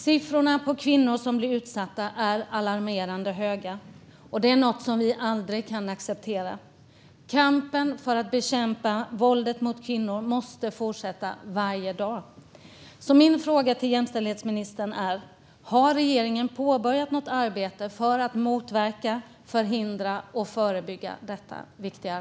Siffrorna när det gäller kvinnor som blir utsatta är alarmerande, och detta är något som vi aldrig kan acceptera. Kampen mot våldet mot kvinnor måste fortsätta varje dag. Min fråga till jämställdhetsministern är: Har regeringen påbörjat något arbete för att motverka, förhindra och förebygga detta?